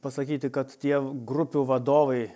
pasakyti kad tie grupių vadovai